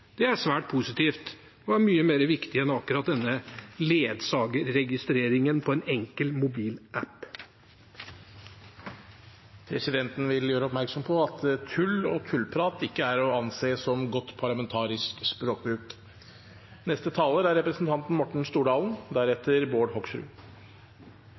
Det er svært positivt og mye viktigere enn akkurat denne ledsagerregistreringen på en enkel mobilapp. Presidenten vil gjøre oppmerksom på at «tull» og «tullprat» ikke er å anse som god parlamentarisk språkbruk. Representantene fra Arbeiderpartiet og Senterpartiet har ikke hørt at dette er